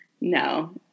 No